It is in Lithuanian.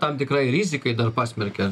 tam tikrai rizikai dar pasmerkia